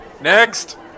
Next